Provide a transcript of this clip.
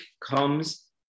comes